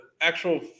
actual